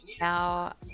now